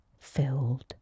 filled